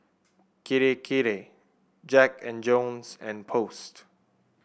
Kirei Kirei Jack And Jones and Post